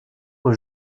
aux